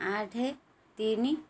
ଆଠ ତିନି